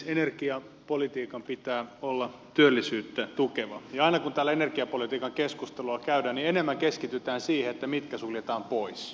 energiapolitiikan pitää olla työllisyyttä tukevaa ja aina kun täällä energiapolitiikan keskustelua käydään niin enemmän keskitytään siihen että mitkä suljetaan pois